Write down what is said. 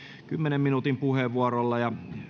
kymmenen minuutin puheenvuorolla